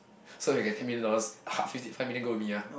so you're getting me thoose hug fifty five minute go with me lah